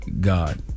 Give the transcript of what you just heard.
God